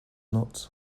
not